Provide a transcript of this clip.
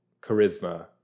charisma